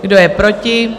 Kdo je proti?